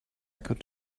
could